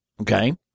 okay